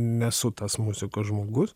nesu tas muzikos žmogus